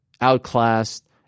outclassed